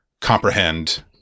comprehend